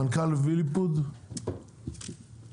מנכ"ל ויליפוד פה?